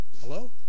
hello